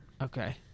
Okay